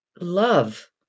love